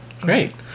Great